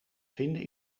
vinden